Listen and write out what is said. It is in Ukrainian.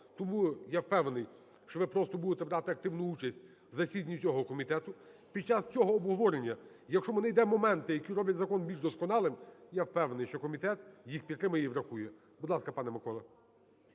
Тому я впевнений, що ви просто будете брати активну участь в засіданні цього комітету. Під час цього обговорення, якщо ми найдемо моменти, які роблять закон більш досконалим, я впевнений, що комітет їх підтримає і врахує. Будь ласка, пане Миколо.